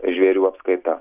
žvėrių apskaita